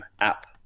App